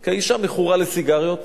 כי האשה מכורה לסיגריות